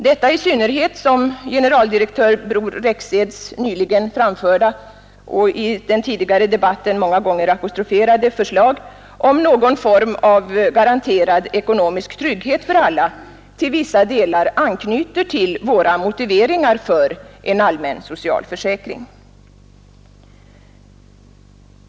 Detta i synnerhet som generaldirektör Bror Rexeds nyligen framförda och i den tidigare debatten många gånger apostroferade förslag om någon form av garanterad ekonomisk trygghet för alla till vissa delar anknyter till våra motiveringar för en allmän socialförsäkring.